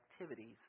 activities